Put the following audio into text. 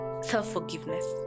self-forgiveness